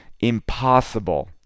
Impossible